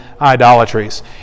idolatries